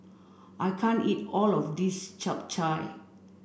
I can't eat all of this Chap Chai